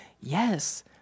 Yes